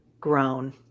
grown